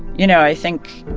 you know, i think,